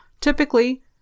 typically